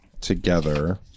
together